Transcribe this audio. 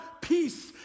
peace